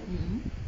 mmhmm